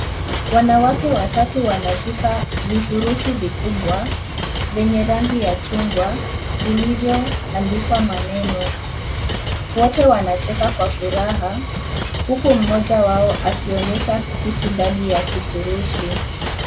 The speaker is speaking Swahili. Wanawake watatu wanashika vifurushi vikubwa, vyenye rangi ya chungwa vilivyo andikwa maneno. Wote wanacheka kwa furaha, huku mmoja wao akionyesha kitu ndani ya kifurushi.